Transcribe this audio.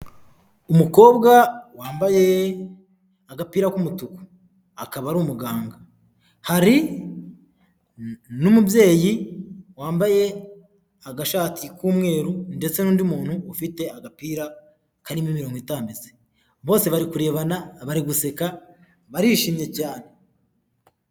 Umukobwa wambaye agapira k'umutuku; akaba ari umuganga. Hari n'umubyeyi wambaye agashati k'umweru ndetse n'undi muntu ufite agapira karimo imirongo itambitse. Bose bari kurebana, bari guseka, barishimye cyane.